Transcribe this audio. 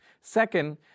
Second